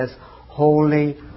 holy